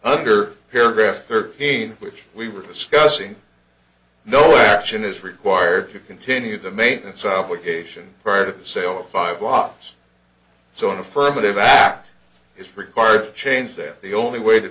under paragraph thirteen which we were discussing no action is required to continue the maintenance obligation prior to the sale of five wives so an affirmative act is required to change them the only way to